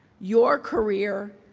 your career,